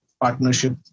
partnership